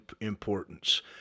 importance